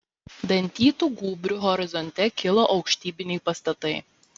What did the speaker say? dantytu gūbriu horizonte kilo aukštybiniai pastatai